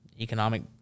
economic